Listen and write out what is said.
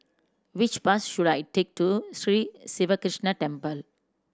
which bus should I take to Sri Siva Krishna Temple